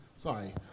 Sorry